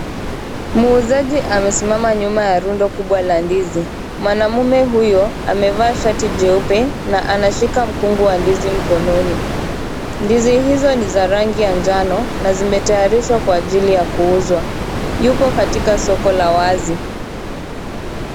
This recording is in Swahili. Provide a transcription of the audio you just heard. Muuzaji amesimama nyuma ya rundo kubwa la ndizi. Mwanaume huyu amevaa shati jeupe na anashika mkungu wa ndizi mkononi. Ndizi hizo ni ya rangi ya njano na zimetayarishwa kwa ajili ya kuuzwa. Yuko katika soko la wazi.